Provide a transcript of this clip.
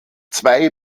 zwei